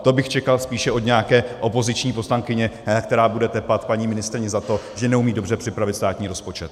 To bych čekal spíše od nějaké opoziční poslankyně, která bude tepat paní ministryni za to, že neumí dobře připravit státní rozpočet.